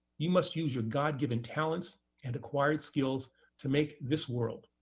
you must use your god given talents and acquired skills to make this world,